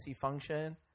function